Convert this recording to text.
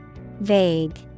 vague